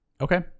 Okay